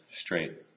straight